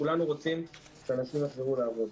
כולנו רוצים שאנשים יחזרו לעבוד.